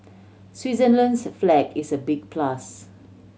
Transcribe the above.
Switzerland's flag is a big plus